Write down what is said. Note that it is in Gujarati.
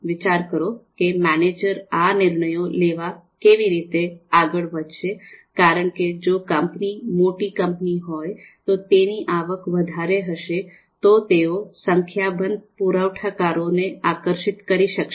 વિચાર કરો કે મેનેજર આ નિર્ણયો લેવા કેવી રીતે આગળ વધશે કારણ કે જો કંપની મોટી કંપની હોય તો તેની આવક વધારે હશે તો તેઓ સંખ્યાબંધ પુરવઠાકારો ને આકર્ષિત કરી શકશે